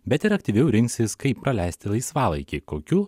bet ir aktyviau rinksis kaip praleisti laisvalaikį kokių